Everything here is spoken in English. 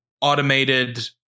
automated